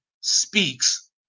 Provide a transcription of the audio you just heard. speaks